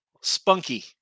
spunky